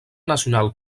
nacional